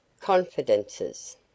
Confidences